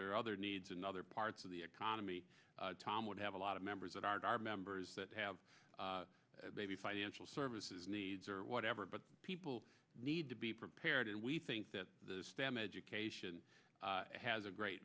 there are other needs in other parts of the economy tom would have a lot of members that are members that have maybe financial services needs or whatever but people need to be prepared and we think that the stem education has a great